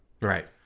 Right